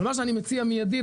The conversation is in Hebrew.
מה שאני מציע מידית,